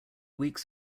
weeks